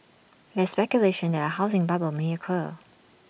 there is speculation that A housing bubble may occur